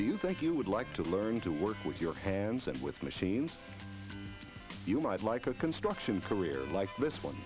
do you think you would like to learn to work with your hands and with machines you might like a construction career like this one